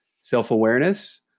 self-awareness